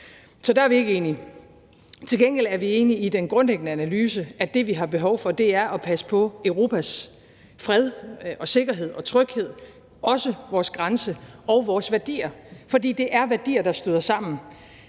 Så der er vi ikke enige. Til gengæld er vi enige i den grundlæggende analyse, med hensyn til at det, vi har behov for, er at passe på Europas fred, sikkerhed og tryghed, også på vores grænse og vores værdier. For det er værdier, der støder sammen,